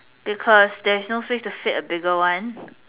because there is no place to fit bigger one